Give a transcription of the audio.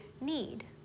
need